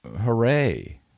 hooray